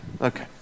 Okay